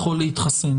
להתחסן.